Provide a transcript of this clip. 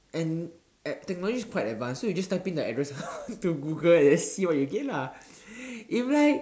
and at technology is quite advanced so you just type in the address to Google and then see what you get lah if like